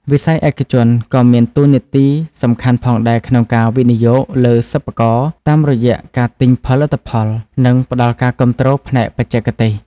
វិស័យឯកជនក៏មានតួនាទីសំខាន់ផងដែរក្នុងការវិនិយោគលើសិប្បករតាមរយៈការទិញផលិតផលនិងផ្តល់ការគាំទ្រផ្នែកបច្ចេកទេស។